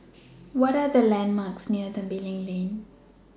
What Are The landmarks near Tembeling Lane